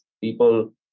People